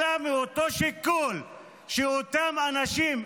אלא מאותו שיקול שאותם אנשים,